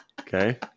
Okay